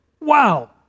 Wow